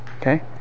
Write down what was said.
okay